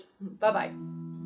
Bye-bye